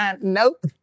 Nope